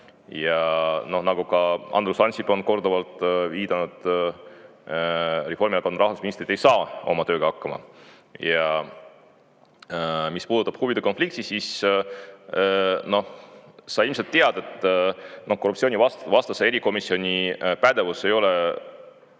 Ja nagu ka Andrus Ansip on korduvalt viidanud, Reformierakonna rahandusministrid ei saa oma tööga hakkama. Mis puudutab huvide konflikti, siis sa ilmselt tead, et korruptsioonivastase erikomisjoni pädevus ei ole